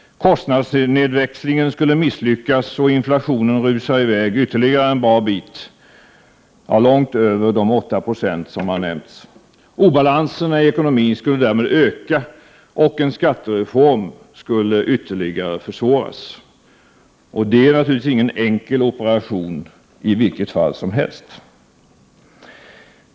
Kostnadsnedväxlingen skulle misslyckas och inflationen rusa iväg ytterligare en bra bit, långt över de 8 70 som har nämnts. Obalanserna i ekonomin skulle därmed öka och en skattereform ytterligare försvåras. Det är naturligtvis ingen enkel operation i vilket fall som helst.